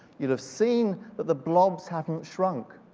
you'd have seen that the blobs haven't shrunk.